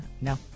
no